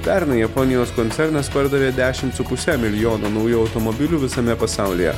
pernai japonijos koncernas pardavė dešim su puse milijono naujų automobilių visame pasaulyje